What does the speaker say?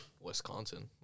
Wisconsin